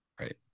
right